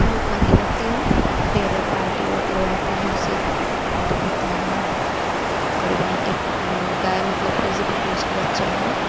तो वो खाने लगती है फिर बाल्टी ले आते हैं उससे दुहते हैं करीबन एक गाय मतलब फिर से पेट में उसके बच्चा है